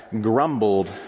grumbled